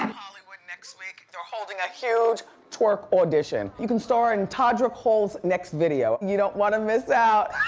hollywood next week, they're holding a huge twerk audition. you can star in todrick hall's next video. you don't wanna miss out.